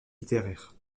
littéraire